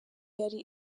yari